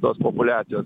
tos populiacijos